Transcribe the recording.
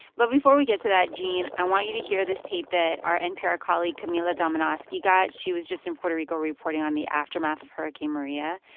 but before we get to that, gene, i want you to hear this tape that our npr colleague camila domonoske got. she was just in puerto rico reporting on the aftermath of hurricane maria,